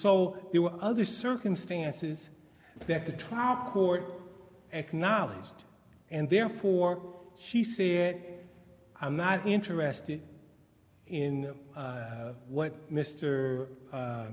so there were other circumstances that the trial court acknowledged and therefore she said i'm not interested in what mr